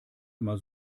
immer